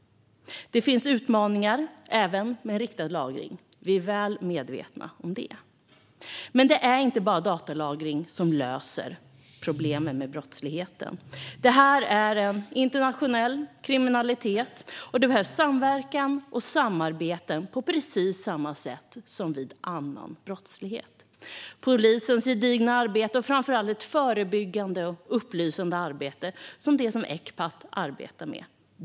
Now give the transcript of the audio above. Det finns utmaningar även med riktad lagring. Vi är väl medvetna om det. Men det är inte bara datalagring som löser problemen med brottsligheten. Det handlar om internationell kriminalitet, och där behövs samverkan och samarbete på precis samma sätt som vid annan brottslighet. Det som behövs är polisens gedigna arbete och framför allt ett förebyggande och upplysande arbete som det som Ecpat arbetar med.